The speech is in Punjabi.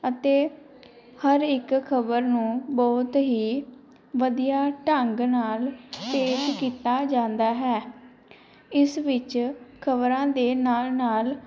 ਅਤੇ ਹਰ ਇੱਕ ਖਬਰ ਨੂੰ ਬਹੁਤ ਹੀ ਵਧੀਆ ਢੰਗ ਨਾਲ ਪੇਸ਼ ਕੀਤਾ ਜਾਂਦਾ ਹੈ ਇਸ ਵਿੱਚ ਖਬਰਾਂ ਦੇ ਨਾਲ ਨਾਲ